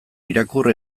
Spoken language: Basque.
irakur